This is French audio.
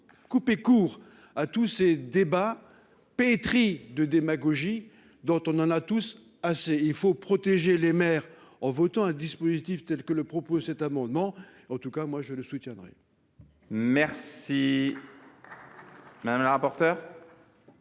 couper court à tous ces débats pétris de démagogie dont nous avons tous assez. Il faut protéger les maires en votant un dispositif tel que celui que tend à prévoir cet amendement. En tout cas, moi, je le soutiendrai.